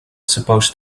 supposed